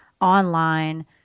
online